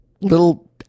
little